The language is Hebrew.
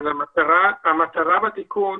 המטרה בתיקון